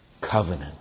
covenant